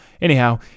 Anyhow